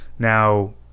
Now